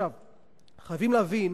חייבים להבין